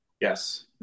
Yes